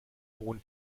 hohen